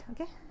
okay